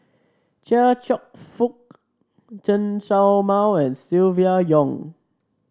Chia Cheong Fook Chen Show Mao and Silvia Yong